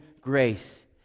grace